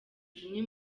zimwe